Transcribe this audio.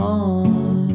on